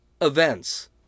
events